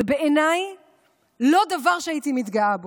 זה בעיניי לא דבר שהייתי מתגאה בו.